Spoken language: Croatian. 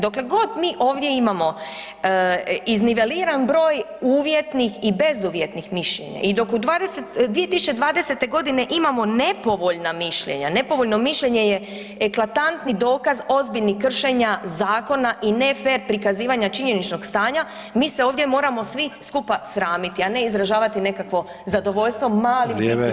Dokle god mi ovdje imamo izniveliran broj uvjetnih i bezuvjetnih mišljenja i dok u 2020. godini imamo nepovoljna mišljenja, nepovoljno mišljenje je eklatantni dokaz ozbiljnih kršenja zakona i ne fer prikazivanja činjeničnog stanja, mi se ovdje moramo svi skupa sramiti, a ne izražavati nekakvo zadovoljstvo malim bitnim koracima.